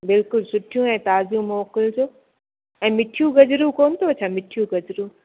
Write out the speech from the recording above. बिल्कुलु सुठियूं ऐं ताज़ियूं मोकिलिजो ऐं मिठियूं गजरूं कोन अथव छा मिठियूं गजरूं